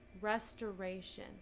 restoration